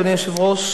אדוני היושב-ראש,